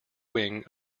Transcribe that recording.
wing